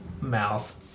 mouth